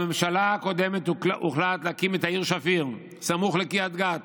בממשלה הקודמת הוחלט להקים את העיר שפיר סמוך לקריית גת